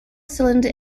cylinder